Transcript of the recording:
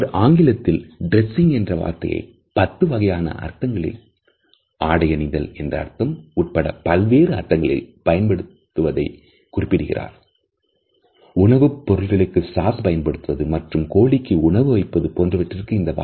அவர் ஆங்கிலத்தில் 'dressing' என்ற வார்த்தை பத்து வகையான அர்த்தங்களில் ஆடை அணிதல் என்ற அர்த்தம் உட்பட பல்வேறு அர்த்தங்களில் பயன்படுத்துவதை குறிப்பிடுகிறார்